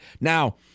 Now